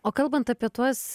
o kalbant apie tuos